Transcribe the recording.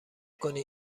کنید